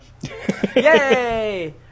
Yay